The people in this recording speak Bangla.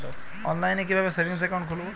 অনলাইনে কিভাবে সেভিংস অ্যাকাউন্ট খুলবো?